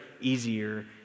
easier